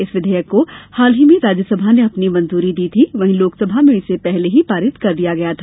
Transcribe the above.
इस विधेयक को हाल ही में राज्यसभा ने अपनी मंजूरी दी थी वहीं लोकसभा में इसे पहले ही पारित कर दिया गया था